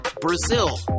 Brazil